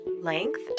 Length